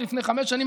לפני חמש שנים,